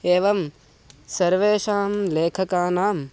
एवं सर्वेषां लेखकानाम्